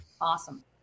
Awesome